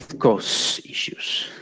cost issues.